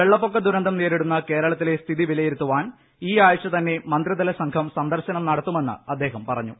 വെള്ളപ്പൊക്ക ദുരന്തം നേരിടുന്ന കേരളത്തിലെ സ്ഥിതി വിലയിരുത്താൻ ഈ ആഴ്ച തന്നെ മന്ത്രിതല സംഘം സന്ദർശനം നടത്തുമെന്ന് അദ്ദേഹം പറഞ്ഞു